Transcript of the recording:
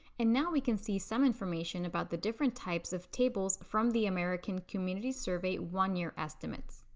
and now we can see some information about the different types of tables from the american community survey one year estimates.